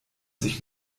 sich